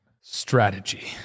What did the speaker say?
Strategy